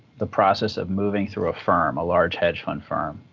the process of moving through a firm, a large hedge fund firm.